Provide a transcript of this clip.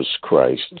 Christ